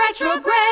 retrograde